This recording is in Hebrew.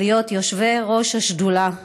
ראשות השדולה,